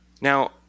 Now